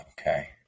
Okay